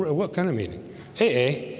ah what kind of meeting hey